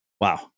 Wow